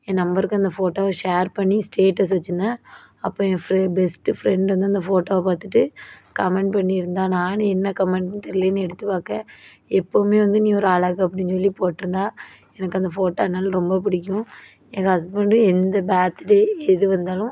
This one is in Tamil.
என் நம்பருக்கு வந்து அந்த ஃபோட்டோவை ஷேர் பண்ணி ஸ்டேட்டஸ் வச்சுருந்தேன் அப்போ என் பெஸ்ட்டு ஃப்ரெண்டு வந்து அந்த ஃபோட்டோவை பார்த்துட்டு கமெண்ட் பண்ணிருந்தாள் நானும் என்ன கமெண்ட்டுனு தெரியலைனு எடுத்துப் பார்க்க எப்போதுமே வந்து நீ ஒரு அழகு அப்படினு சொல்லி போட்டுருந்தா எனக்கு அந்த ஃபோட்டோ அதனால ரொம்ப பிடிக்கும் எங்கள் ஹஸ்பெண்ட் எந்த பார்த்டே எது வந்தாலும்